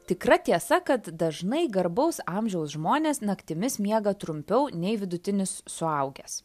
tikra tiesa kad dažnai garbaus amžiaus žmonės naktimis miega trumpiau nei vidutinis suaugęs